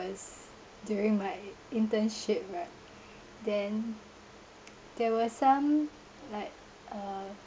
during my internship right then there was some like uh